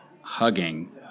hugging